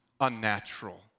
unnatural